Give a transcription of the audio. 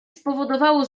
spowodowało